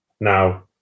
Now